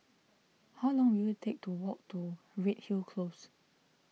how long will it take to walk to Redhill Close